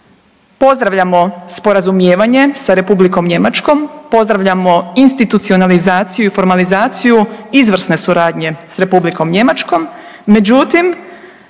Pozdravljamo sporazumijevanje sa Republikom Njemačkom. Pozdravljamo institucionalizaciju i formalizaciju izvrsne suradnje s Republikom Njemačkom.